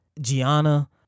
Gianna